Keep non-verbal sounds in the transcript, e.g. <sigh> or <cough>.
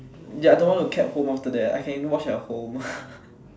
ya don't want to cab home after that I can watch at home <laughs>